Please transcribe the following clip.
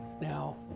now